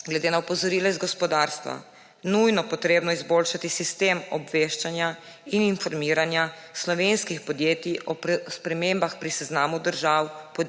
glede na opozorilo iz gospodarstva nujno potrebno izboljšati sistem obveščanja in informiranja slovenskih podjetij o spremembah pri seznamu držav,